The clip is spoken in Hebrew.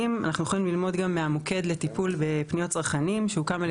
אנחנו יכולים גם ללמוד מהמוקד לטיפול בפניות צרכנים שהוקם על